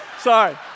Sorry